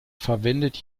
verwendet